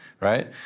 right